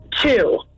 Two